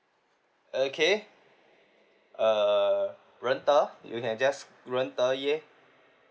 okay err ren de you can just ren de yeah